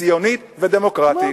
ציונית ודמוקרטית.